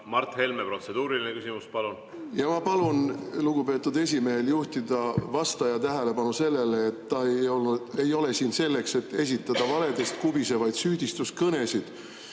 Mart Helmel protseduuriline küsimus. Palun! Ma palun lugupeetud esimehel juhtida vastaja tähelepanu sellele, et ta ei ole siin selleks, et esitada valedest kubisevaid süüdistuskõnesid,